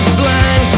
blind